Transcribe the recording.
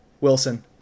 Wilson